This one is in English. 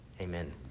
Amen